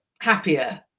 happier